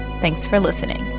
thanks for listening